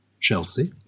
Chelsea